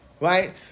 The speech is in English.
Right